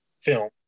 film